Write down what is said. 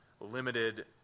limited